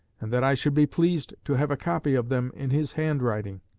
and that i should be pleased to have a copy of them in his handwriting,